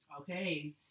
okay